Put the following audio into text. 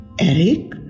Eric